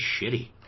shitty